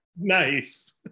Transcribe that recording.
Nice